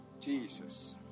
Jesus